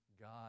God